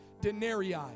denarii